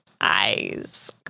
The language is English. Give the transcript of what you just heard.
eyes